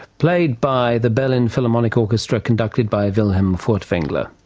played by the berlin philharmonic orchestra, conducted by wilhelm furtwangler.